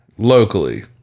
Locally